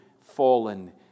fallen